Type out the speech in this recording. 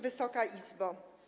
Wysoka Izbo!